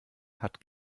hat